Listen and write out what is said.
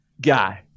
guy